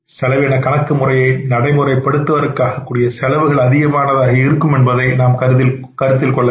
செலவின கணக்கு முறையை நடைமுறைப் படுத்துவதற்கு கூடிய செலவுகள் அதிகமானதாக இருக்கும் என்பதை நாம் கருத்தில் கொள்ள வேண்டும்